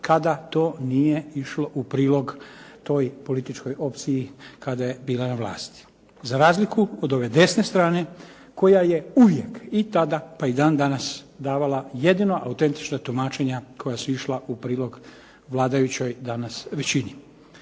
kada to nije išlo u prilog toj političkoj opciji kada je bila na vlasti, za razliku od ove desne strane koja je uvijek i tada, pa i dan danas davala jedina autentična tumačenja koja su išla u prilog vladajućoj danas većini.